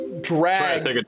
drag